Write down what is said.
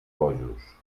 bojos